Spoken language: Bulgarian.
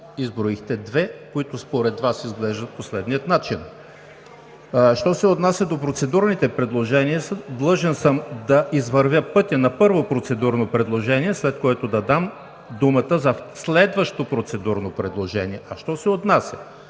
изброихте две, които според Вас изглеждат по следния начин. Що се отнася до процедурните предложения, длъжен съм да извървя пътя на първо процедурно предложение, след което да дам думата за следващо процедурно предложение. А що се отнася